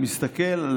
אני מסתכל,